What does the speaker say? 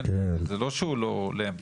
זה לא שהוא לא הולם.